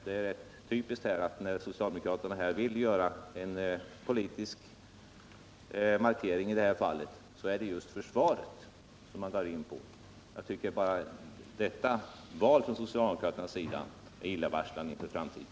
Det är rätt typiskt för socialdemokraterna att när de vill göra en politisk markering, blir det indragningar just på försvaret. Enbart detta val från socialdemokraternas sida är illavarslande för framtiden.